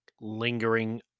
lingering